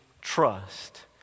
trust